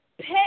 pay